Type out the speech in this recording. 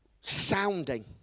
sounding